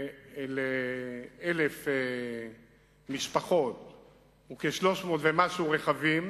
ל-1,000 משפחות הוא כ-300 ומשהו רכבים,